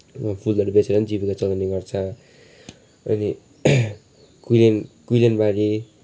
अब फुलहरू बेचेर पनि जीविका चलाउने गर्छ अनि कुइलेन कुइलेनबारी